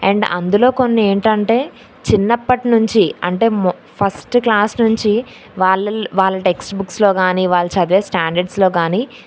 and అందులో కొన్ని ఏంటంటే చిన్నప్పటి నుంచి అంటే మొ ఫస్ట్ క్లాస్ నుంచి వాళ్ళలో వాళ్ళ టెక్స్ట్ బుక్స్లో కానీ వాళ్ళు చదివే స్టాండర్డ్స్లో కానీ